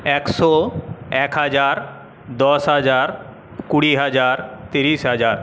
একশো এক হাজার দশ হাজার কুড়ি হাজার তিরিশ হাজার